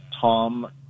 Tom